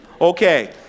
okay